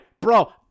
bro